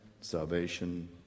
salvation